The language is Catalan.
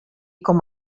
com